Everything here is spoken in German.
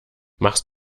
machst